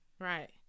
Right